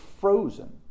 frozen